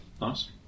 Nice